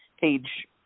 page